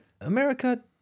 america